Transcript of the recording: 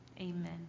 Amen